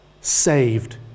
saved